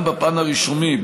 גם בפן הרישומי,